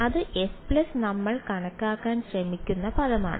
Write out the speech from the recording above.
അതിനാൽ അത് S നമ്മൾ കണക്കാക്കാൻ ശ്രമിക്കുന്ന പദമാണ്